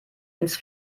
ins